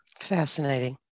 Fascinating